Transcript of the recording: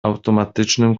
automatycznym